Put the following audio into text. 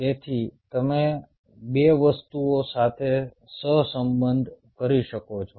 તેથી તમે 2 વસ્તુઓ સાથે સહસંબંધ કરી શકો છો